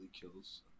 kills